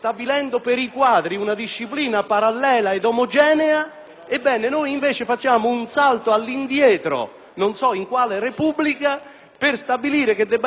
ebbene noi invece facciamo un salto all'indietro, non so in quale Repubblica, per stabilire che debba essere *ad* *libitum* della contrattazione sindacale